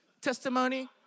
testimony